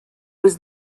was